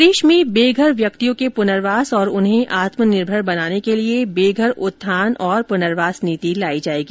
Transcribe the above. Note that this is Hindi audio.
प्रदेश में बेघर व्यक्तियों के पुनर्वास और उन्हें आत्मनिर्भर बनाने के लिए बेघर उत्थान और पुनर्वास नीति लाई जाएगी